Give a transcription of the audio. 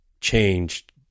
changed